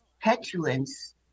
petulance